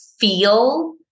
feel